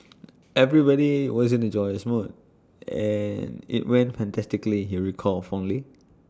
everybody was in A joyous mood and IT went fantastically he recalled fondly